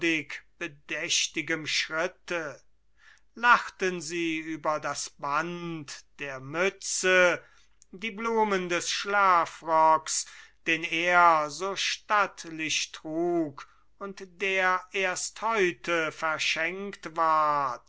bedächtigem schritte lachten sie über das band der mütze die blumen des schlafrocks den er so stattlich trug und der erst heute verschenkt ward